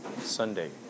Sunday